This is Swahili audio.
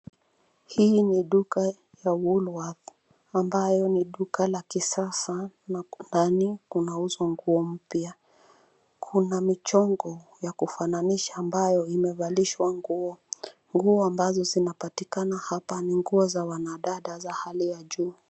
Hii ni duka ya Woolworths ambayo ni duka la kisasa na huko ndani kunauzwa nguo mpya. Kuna michongo ya kufananisha ambayo imevalishwa nguo. Nguo ambazo zinapatikana hapa ni nguo za wanadada za hali ya juu.